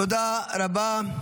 תודה רבה.